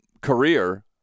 career